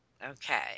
okay